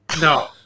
No